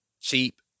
Cheap